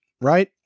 right